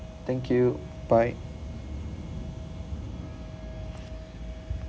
thank you bye